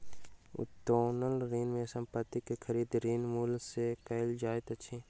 उत्तोलन ऋण में संपत्ति के खरीद, ऋण मूल्य सॅ कयल जाइत अछि